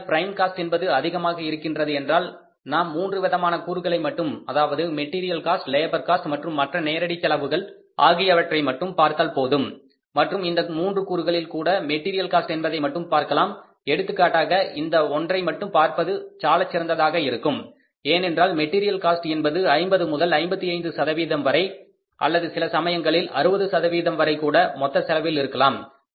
நம்முடைய prime cost என்பது அதிகமாக இருக்கின்றது என்றால் நாம் மூன்று விதமான கூறுகளை மட்டும் அதாவது மெட்டீரியல் காஸ்ட் லேபர் காஸ்ட் மற்றும் மற்ற நேரடி செலவுகள் ஆகியவற்றை மட்டும் பார்த்தால் போதும் மற்றும் இந்த மூன்று கூறுகளில் கூட மெட்டீரியல் காஸ்ட் என்பதை மட்டும் பார்க்கலாம் எடுத்துக்காட்டாக இந்த ஒன்றை மட்டும் பார்ப்பது சாலச் சிறந்ததாக இருக்கும் ஏனென்றால் மெட்டீரியல் காஸ்ட் என்பது 50 முதல் 55 சதவீதம் வரை அல்லது சில சமயங்களில் 60 வரை கூட மொத்த செலவில் இருக்கலாம்